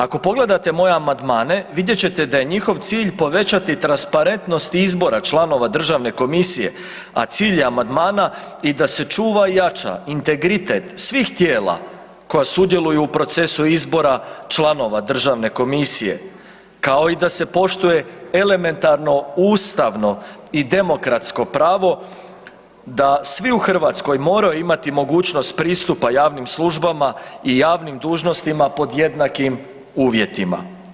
Ako pogledate moje amandmane vidjet ćete da je njihov cilj povećati transparentnost izbora članova državne komisije, a cilj je amandmana i da se čuva i jača integritet svih tijela koja sudjeluju u procesu izbora članova državne komisije, kao i da se poštuje elementarno ustavno i demokratsko pravo da svi u Hrvatskoj moraju imati mogućnost pristupa javnim službama i javnim dužnostima pod jednakim uvjetima.